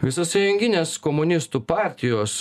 visasąjunginės komunistų partijos